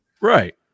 Right